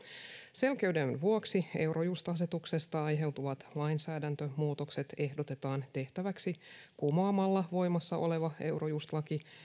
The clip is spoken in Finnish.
selkeyden vuoksi eurojust asetuksesta aiheutuvat lainsäädäntömuutokset ehdotetaan tehtäväksi kumoamalla voimassa oleva eurojust laki